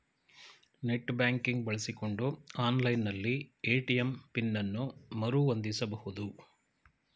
net banking ಬಳಸಿಕೊಂಡು online ನಲ್ಲಿ ATM PIN ಅನ್ನು ಮರು ಹೊಂದಿಸಬಹುದು